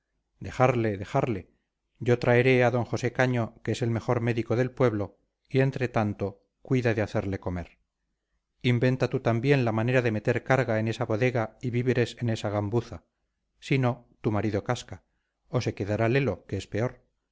dejarle dejarle yo traeré a d josé caño que es el mejor médico del pueblo y entre tanto cuida de hacerle comer inventa tú también la manera de meter carga en esa bodega y víveres en esa gambuza si no tu marido casca o se quedará lelo que es peor